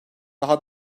daha